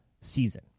season